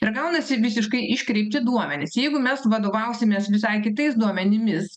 ir gaunasi visiškai iškreipti duomenys jeigu mes vadovausimės visai kitais duomenimis